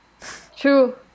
True